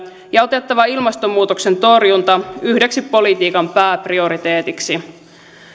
ja otettava ilmastonmuutoksen torjunta yhdeksi politiikan pääprioriteetiksi